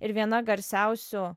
ir viena garsiausių